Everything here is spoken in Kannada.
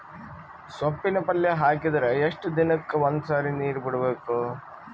ಸೊಪ್ಪಿನ ಪಲ್ಯ ಹಾಕಿದರ ಎಷ್ಟು ದಿನಕ್ಕ ಒಂದ್ಸರಿ ನೀರು ಬಿಡಬೇಕು?